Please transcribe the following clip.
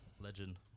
Legend